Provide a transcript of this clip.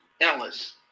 Ellis